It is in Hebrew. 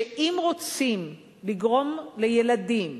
שאם רוצים לגרום לילדים,